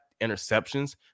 interceptions